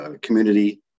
community